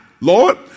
Lord